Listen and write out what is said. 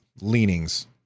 leanings